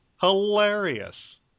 hilarious